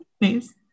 Nice